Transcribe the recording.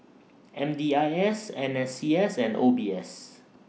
M D I S N S C S and O B S